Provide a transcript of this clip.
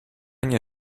nie